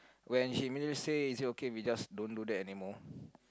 when she immediately say is it okay we just don't do that anymore